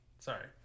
Sorry